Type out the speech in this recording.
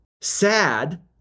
sad